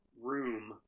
room